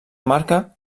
marca